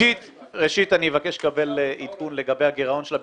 הרוב המוחלט של התקציב מיועד לאספקת שירותים.